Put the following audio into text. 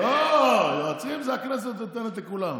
לא, יועצים הכנסת נותנת לכולם.